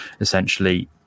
essentially